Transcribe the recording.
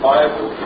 Bible